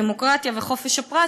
דמוקרטיה וחופש הפרט,